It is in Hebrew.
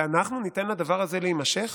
ואנחנו ניתן לדבר הזה להימשך?